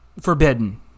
Forbidden